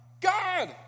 God